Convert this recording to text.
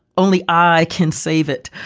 only i can save it.